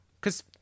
cause